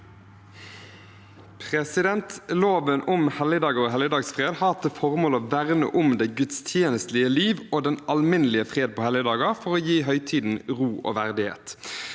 leder): Loven om helligdager og helligdagsfred har til formål å verne om det gudstjenestelige liv og den alminnelige fred på helligdager for å gi høytiden ro og verdighet.